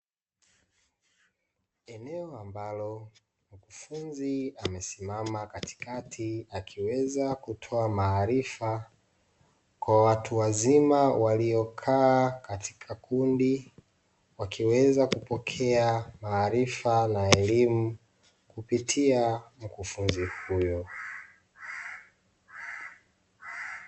Eneo ambalo mwanafunzi amesimama katikati akiweza kutoa maarifa kwa watu wazima waliokaa katika kundi, wakiweza kupokea maarifa na elimu kupitia mwanafunzi huyo.